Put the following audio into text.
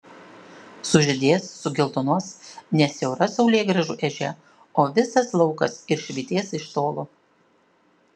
sužydės sugeltonuos ne siaura saulėgrąžų ežia o visas laukas ir švytės iš tolo